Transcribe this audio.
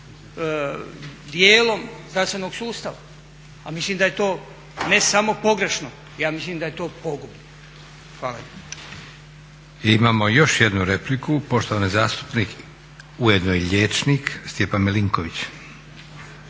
dijelom zdravstvenog sustava. A mislim da je to ne samo pogrešno, ja mislim da je to pogubno. Hvala lijepo. **Leko, Josip (SDP)** Imamo još jednu repliku, poštovani zastupnik ujedno i liječnik Stjepan Milinković.